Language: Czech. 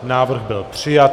Návrh byl přijat.